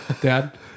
Dad